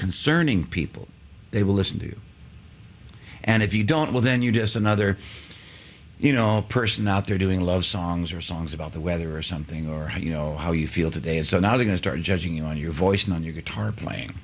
concerning people they will listen to you and if you don't well then you're just another you know person out there doing a lot of songs or songs about the weather or something or you know how you feel today and so now i'm going to start judging you on your voice and on your guitar playing